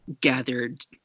gathered